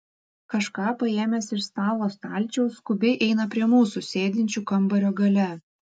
kažką paėmęs iš stalo stalčiaus skubiai eina prie mūsų sėdinčių kambario gale